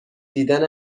دیدن